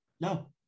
No